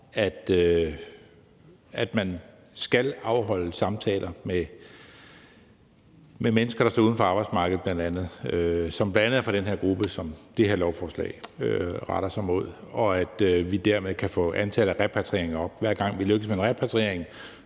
at man skal afholde samtaler med mennesker, der bl.a. står uden for arbejdsmarkedet, og som bl.a. er fra den her gruppe, som det her lovforslag retter sig mod – og at vi derved kan få antallet af repatrieringer op. Hver gang vi lykkes med en repatriering,